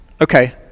Okay